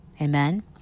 Amen